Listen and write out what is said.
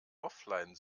offline